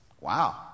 Wow